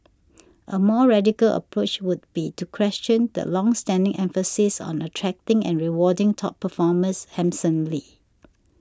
a more radical approach would be to question the long standing emphasis on attracting and rewarding top performers handsomely